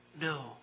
No